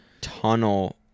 tunnel